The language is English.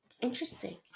Interesting